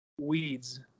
weeds